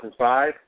2005